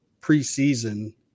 preseason